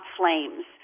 flames